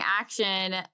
action